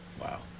Wow